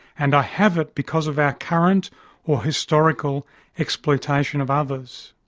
and i have it because of our current or historical exploitation of others.